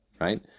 right